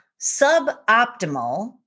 suboptimal